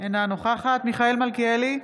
אינה נוכחת מיכאל מלכיאלי,